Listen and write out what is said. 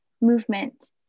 movement